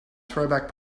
throwback